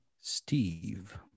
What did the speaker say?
Steve